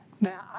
Now